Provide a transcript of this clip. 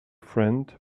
friend